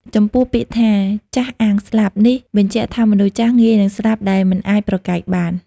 ចំពោះពាក្យថា"ចាស់អាងស្លាប់" នេះបញ្ជាក់ថាមនុស្សចាស់ងាយនិងស្លាប់ដែលមិនអាចប្រកែកបាន។